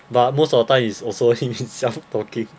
but most of the time it's also him himself talking